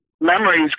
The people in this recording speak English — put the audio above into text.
memories